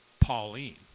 Pauline